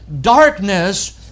darkness